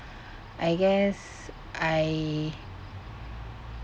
I guess I